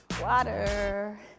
water